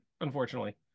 unfortunately